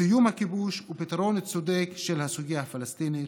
סיום הכיבוש ופתרון צודק של הסוגיה הפלסטינית,